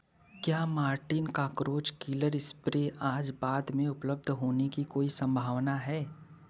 क्या Mortein cockroach killer spray आज बाद में उपलब्ध होने की कोई संभावना है